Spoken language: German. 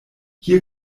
hier